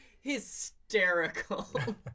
hysterical